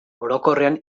orokorrean